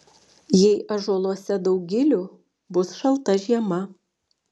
jei ąžuoluose daug gilių bus šalta žiema